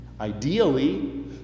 Ideally